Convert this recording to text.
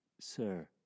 Sir